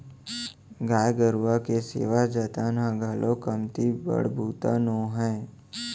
गाय गरूवा के सेवा जतन ह घलौ कमती बड़ बूता नो हय